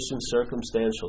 circumstantial